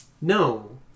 No